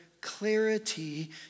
clarity